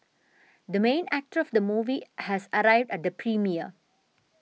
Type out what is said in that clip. the main actor of the movie has arrived at the premiere